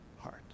heart